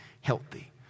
healthy